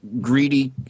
greedy